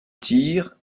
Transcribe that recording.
tir